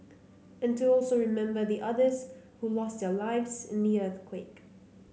and to also remember the others who lost their lives in the earthquake